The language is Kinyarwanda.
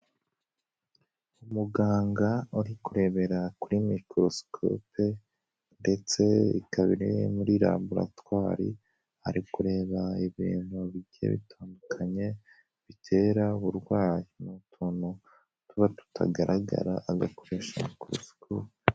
Umuganga uri kurebera kuri mikorosikope ndetse ikaba iri muri laboratwari ari kureba ibintu bigiye bitandukanye bitera uburwayi, ni utuntu tuba tutagaragara agakoresha mikorosikopi.